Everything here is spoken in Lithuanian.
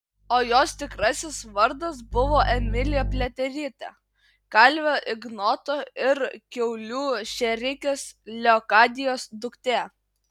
o jos tikrasis vardas buvo emilija pliaterytė kalvio ignoto ir kiaulių šėrikės leokadijos duktė